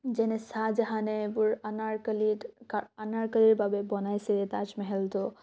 যেনে শ্বাহজাহানে এইবোৰ আনাৰকলিত আনাৰকলিৰ বাবে বনাইছিলে তাজমেহেলটো